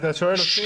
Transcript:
אתה שואל אותי?